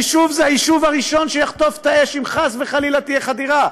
זה היישוב הראשון שיחטוף את האש אם חס וחלילה תהיה חדירה.